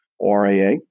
RAA